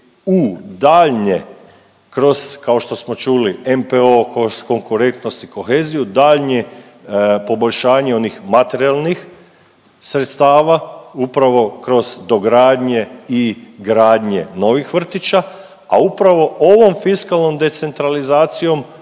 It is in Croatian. u daljnje kroz, kao što smo čuli, NPOO, kroz Konkurentnost i koheziju, daljnje poboljšanje onih materijalnih sredstava upravo kroz dogradnje i gradnje novih vrtića, a upravo ovom fiskalnom decentralizacijom